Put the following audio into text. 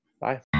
Bye